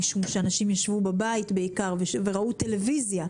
משום שאנשים ישבו בעיקר בבית וראו טלוויזיה.